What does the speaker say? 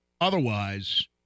otherwise